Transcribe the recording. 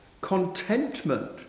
contentment